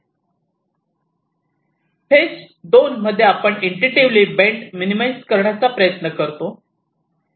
phase 2 मध्ये आपण intuitively bend minimize करण्याचा प्रयत्न करतो